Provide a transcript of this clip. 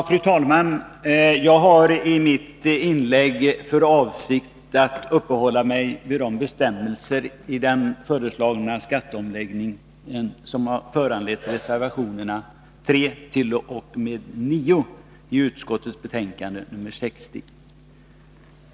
Fru talman! Jag har i mitt inlägg för avsikt att uppehålla mig vid de bestämmelser i den föreslagna skatteomläggningen som har föranlett reservationerna 3-9 i utskottets betänkande nr 60.